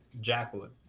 Jacqueline